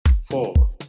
four